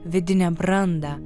vidinę brandą